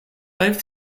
both